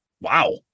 Wow